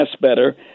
better